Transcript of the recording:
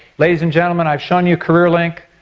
ladies and gentlemen, i've shown you career link,